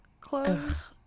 clothes